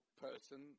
person